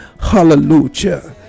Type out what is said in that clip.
hallelujah